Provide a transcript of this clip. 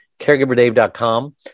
caregiverdave.com